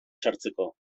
sartzeko